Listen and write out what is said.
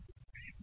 T D